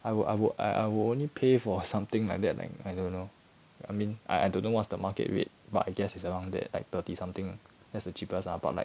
I would I would I I would only pay for something like that like I don't know I mean I I don't know what's the market rate but I guess it's along that like thirty something that's the cheapest lah but like